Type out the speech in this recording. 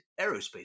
Aerospace